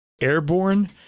airborne